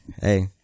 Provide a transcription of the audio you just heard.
hey